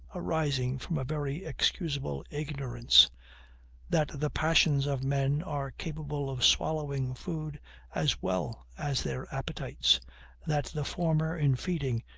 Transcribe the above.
arising from a very excusable ignorance that the passions of men are capable of swallowing food as well as their appetites that the former, in feeding,